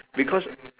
because